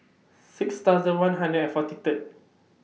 six thousand one hundred and forty Third